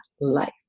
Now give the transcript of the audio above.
life